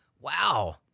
Wow